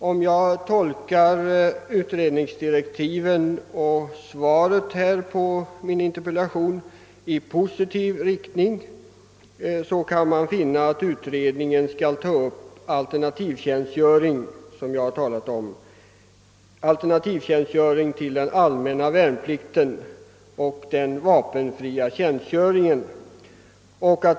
Om man tolkar utredningsdirektiven och svaret på min interpellation i positiv riktning, kan man finna att utredningen skall ta upp alternativtjänst Söring — vilket jag talat om — till den allmänna värnplikten och till den vapenfria tjänstgöringen.